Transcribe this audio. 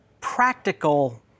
practical